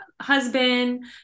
husband